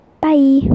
bye